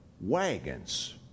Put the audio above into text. wagons